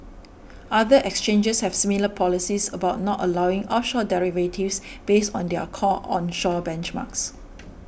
other exchanges have similar policies about not allowing offshore derivatives based on their core onshore benchmarks